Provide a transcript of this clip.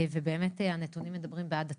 ובאמת הנתונים מדברים בעד עצמם.